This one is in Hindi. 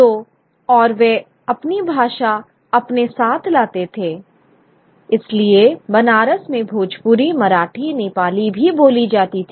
तो और वे अपनी भाषा अपने साथ लाते थे इसलिए बनारस में भोजपुरी मराठी नेपाली भी बोली जाती थी